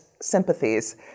sympathies